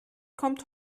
kommt